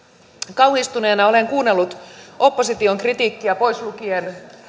kauhistuneena olen kuunnellut opposition kritiikkiä pois lukien